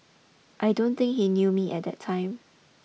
I don't think he knew me at that time